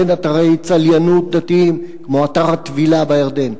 אתרי צליינות דתיים כמו אתר הטבילה בירדן,